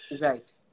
Right